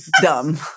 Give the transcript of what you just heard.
dumb